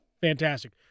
fantastic